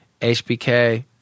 HBK